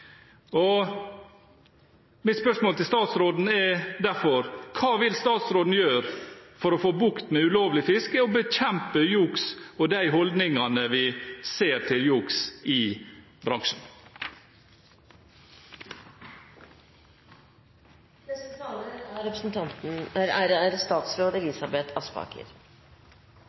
fiskerinæringen. Mitt spørsmål til statsråden er derfor: Hva vil statsråden gjøre for å få bukt med ulovlig fiske og bekjempe juks og de holdningene vi ser til juks i bransjen? Jeg vil takke interpellanten for å ta opp denne svært viktige saken. Dette er